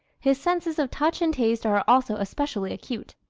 his senses of touch and taste are also especially acute.